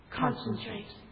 concentrate